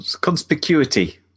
conspicuity